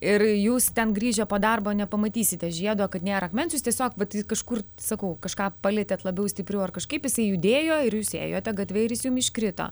ir jūs ten grįžę po darbo nepamatysite žiedo kad nėra akmens jūs tiesiog jį vat kažkur sakau kažką palietėt labiau stipriau ar kažkaip jisai judėjo ir jūs ėjote gatve ir jis jum iškrito